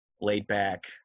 laid-back